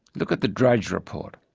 look at the drudge report.